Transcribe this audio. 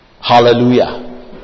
hallelujah